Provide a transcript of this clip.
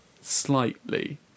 Slightly